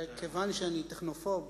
כיוון שאני טכנופוב,